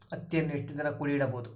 ಹತ್ತಿಯನ್ನು ಎಷ್ಟು ದಿನ ಕೂಡಿ ಇಡಬಹುದು?